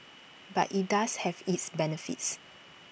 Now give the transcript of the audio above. but IT does have its benefits